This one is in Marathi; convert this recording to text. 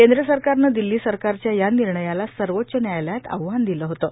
केंद्र सरकारनं दिल्ली सरकारच्या या निर्णयाला सर्वोच्च न्यायालयात आव्हान दिलं होतं